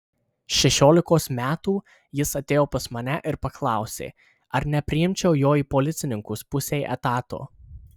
šešiolikos metų jis atėjo pas mane ir paklausė ar nepriimčiau jo į policininkus pusei etato